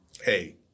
Hey